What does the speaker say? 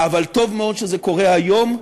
אבל טוב מאוד שזה קורה היום,